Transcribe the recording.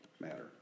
matter